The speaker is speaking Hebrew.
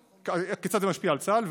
כיצד היא משפיעה על צה"ל?